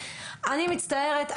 אני מצטערת.